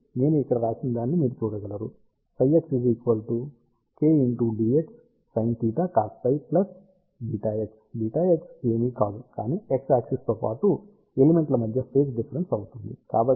నేను ఇక్కడ రాసిన దానిని మీరు చూడగలరు ψx K Dx sinθcosφ plus βx βx ఏమీ కాదు కానీ x యాక్సిస్ తో పాటు ఎలిమెంట్ల మధ్య ఫేజ్ డిఫరెన్స్ అవుతుంది